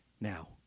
Now